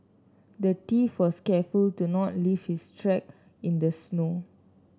the thief was careful to not leave his tracks in the snow